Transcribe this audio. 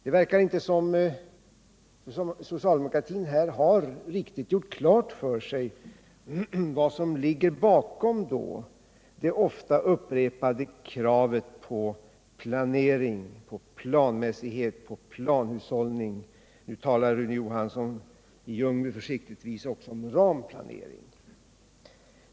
Det verkar inte som om socialdemokratin gjort riktigt klart för sig vad som ligger bakom det ofta upprepade kravet på planering, planmässighet och planhushållning. Nu talar Rune Johansson i Ljungby försiktigtvis också om ramplanering.